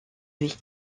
lui